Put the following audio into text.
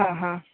ಹಾಂ ಹಾಂ